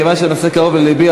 כיוון שהנושא קרוב ללבי,